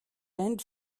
end